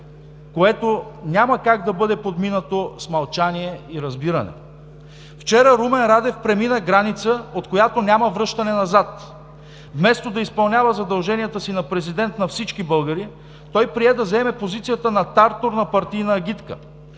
което няма как да бъде подминато с мълчание и разбиране. Вчера Румен Радев премина граница, от която няма връщане назад. Вместо да изпълнява задълженията си на президент на всички българи, той прие да заеме позицията на тартор на партийна агитка.